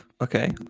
Okay